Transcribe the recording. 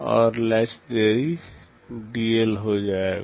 और लेच देरी dL हो जाएगा